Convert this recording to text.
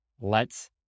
lets